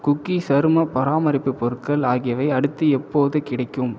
cookie சரும பராமரிப்பு பொருட்கள் ஆகியவை அடுத்து எப்போது கிடைக்கும்